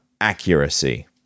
accuracy